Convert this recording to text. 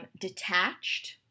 detached